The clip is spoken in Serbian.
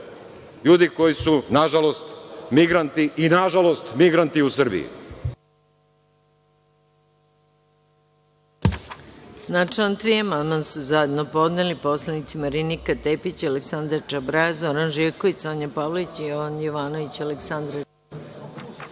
ljudi koji su, nažalost, migranti i, nažalost, migranti u Srbiji.